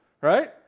Right